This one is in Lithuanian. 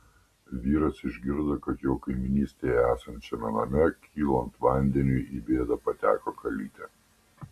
vyras išgirdo kad jo kaimynystėje esančiame name kylant vandeniui į bėdą pateko kalytė